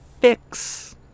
fix